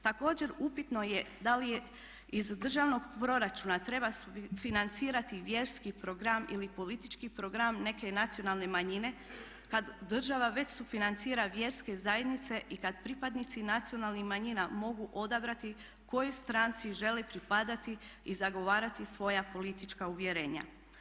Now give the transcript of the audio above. Također, upitno je da li iz državnog proračuna treba financirati vjerski program ili politički program neke nacionalne manjine kad država već sufinancira vjerske zajednice i kad pripadnici nacionalnih manjina mogu odabrati kojoj stranci žele pripadati i zagovarati svoja politička uvjerenja.